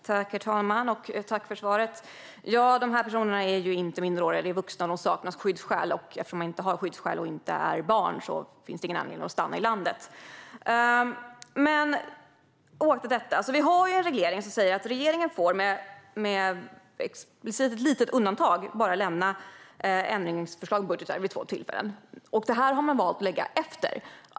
Herr talman! Tack för svaret, statsrådet! De här personerna är inte minderåriga. De är vuxna och saknar skyddsskäl, och eftersom de inte har skyddsskäl och inte är barn finns det ingen anledning för dem att stanna i landet. Vi har en reglering som säger att regeringen får, med explicit ett litet undantag, bara lämna ändringsförslag till budgetar vid två tillfällen. Det här har man valt att lägga efter.